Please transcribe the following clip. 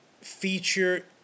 feature